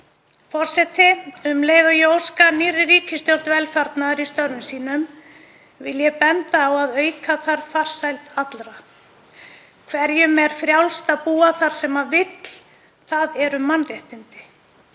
Forseti. Um leið og ég óska nýrri ríkisstjórn velfarnaðar í störfum sínum vil ég benda á að auka þarf farsæld allra. Hverjum er frjálst að búa þar sem hann vill, það eru mannréttindi.